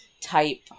type